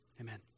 amen